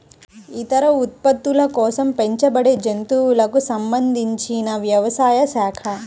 ఇతర ఉత్పత్తుల కోసం పెంచబడేజంతువులకు సంబంధించినవ్యవసాయ శాఖ